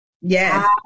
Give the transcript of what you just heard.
Yes